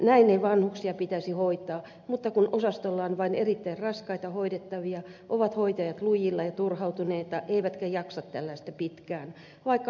näin ei vanhuksia pitäisi hoitaa mutta kun osastolla on vain erittäin raskaita hoidettavia ovat hoitajat lujilla ja turhautuneita eivätkä jaksa tällaista pitkään vaikka haluaisivatkin